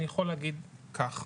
אני יכול להגיד כך,